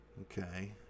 Okay